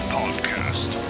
podcast